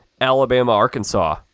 Alabama-Arkansas